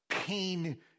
Pain